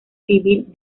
civil